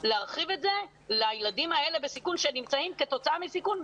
להרחיב את זה לילדים האלה בסיכון כתוצאה מהקורונה.